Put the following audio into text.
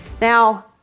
Now